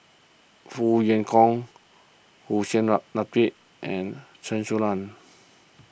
Foo Kwee Horng Hussein la lap and Chen Su Lan